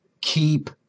Keep